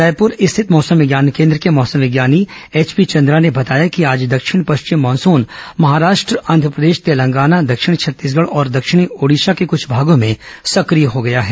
रायपुर स्थित मौसम विज्ञान कोन्द्र के मौसम विज्ञानी एचपी चंद्रा ने बताया कि आज दक्षिण पश्चिम मानस्न महाराष्ट्र आंध्रप्रदेश तेलंगाना दक्षिण छत्तीसगढ और दक्षिणी ओडिशा के कुछ भागों में सक्रिय हो गया है